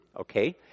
Okay